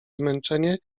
zmęczenie